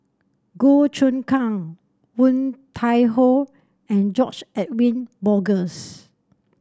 Goh Choon Kang Woon Tai Ho and George Edwin Bogaars